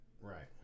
Right